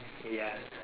ya